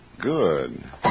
Good